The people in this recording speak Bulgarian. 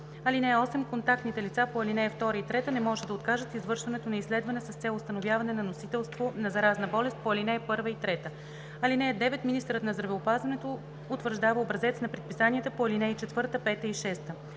болест. (8) Контактните лица по ал. 2 и 3 не може да откажат извършването на изследване с цел установяване на носителство на заразна болест по ал. 1 или 3. (9) Министърът на здравеопазването утвърждава образец на предписанията по ал. 4, 5 и 6.